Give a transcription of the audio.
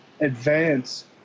advance